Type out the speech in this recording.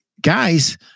guys